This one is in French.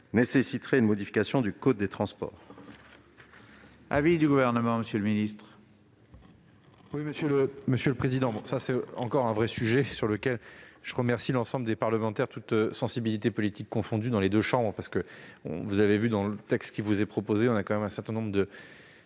nécessiterait une modification du code des transports.